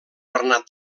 bernat